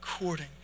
according